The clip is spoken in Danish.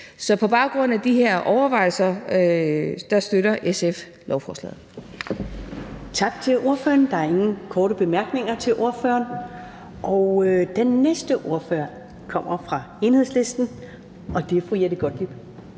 Så på baggrund af de her overvejelser støtter SF lovforslaget.